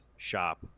shop